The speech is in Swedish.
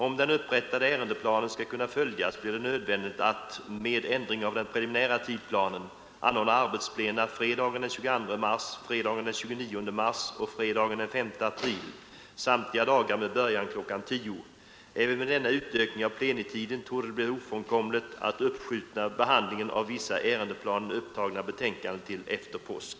Om den upprättade ärendeplanen skall kunna följas blir det nödvändigt att — med ändring av den preliminära tidplanen — anordna arbetsplena fredagen den 22 mars, fredagen den 29 mars och fredagen den 5 april, samtliga dagar med början kl. 10.00. Även med denna utökning av plenitiden torde det bli ofrånkomligt att uppskjuta behandlingen av vissa i ärendeplanen upptagna betänkanden till efter påsk.